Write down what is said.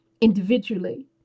individually